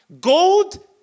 Gold